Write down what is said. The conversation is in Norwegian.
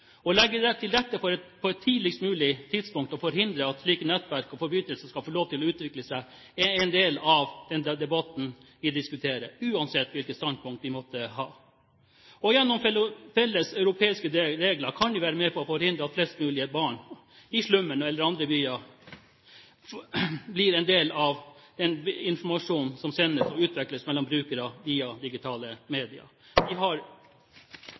Å legge til rette for på et tidligst mulig tidspunkt å forhindre at slike nettverk og forbrytelser skal få lov til å utvikle seg, er en del av denne debatten, uansett hvilket standpunkt vi måtte ha. Gjennom felles europeiske regler kan vi være med på å forhindre at flest mulig barn i slummen og andre steder blir en del av en informasjon som senere får utvikle seg mellom brukere via digitale